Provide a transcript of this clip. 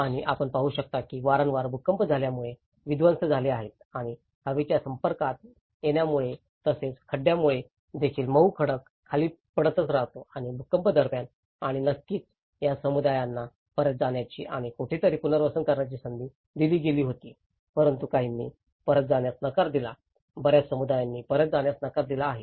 आणि आपण पाहू शकता की वारंवार भूकंप झाल्यामुळे विध्वंस झाले आहेत आणि हवेच्या संपर्कात येण्यामुळे तसेच खडकांमुळे देखील मऊ खडक खाली पडतच राहतो आणि भूकंप दरम्यान आणि नक्कीच या समुदायांना परत जाण्याची आणि कुठेतरी पुनर्वसन करण्याची संधी दिली गेली होती परंतु काहींनी परत जाण्यास नकार दिला आहे बर्याच समुदायांनी परत जाण्यास नकार दिला आहे